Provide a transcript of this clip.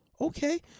Okay